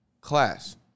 class